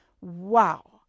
Wow